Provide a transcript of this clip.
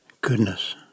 Goodness